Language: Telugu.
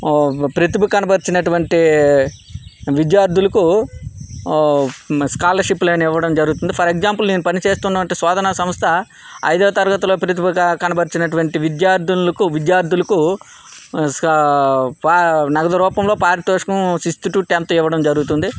ప్రతిభ కనబరిచినటువంటి విద్యార్థులకు స్కాలర్షిప్లని ఇవ్వడం జరుగుతుంది ఫర్ ఎగ్జామ్పుల్ నేను పని చేస్తున్న అంటే స్వాదన సంస్థ ఐదవ తరగతిలో ప్రతిభ కనబరిచినటువంటి విద్యార్థినీలకు విద్యార్థులకు నగదు రూపంలో పారితోషికం సిక్స్త్ టు టెన్త్ ఇవ్వడం జరుగుతుంది